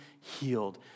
healed